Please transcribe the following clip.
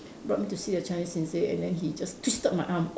brought me to see a Chinese sin seh and then he just twisted my arm